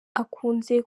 akunze